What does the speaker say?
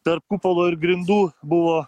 tarp kupolo ir grindų buvo